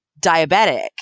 diabetic